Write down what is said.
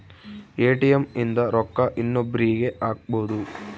ATM ಇಂದ ರೊಕ್ಕ ಇನ್ನೊಬ್ರೀಗೆ ಹಕ್ಬೊದು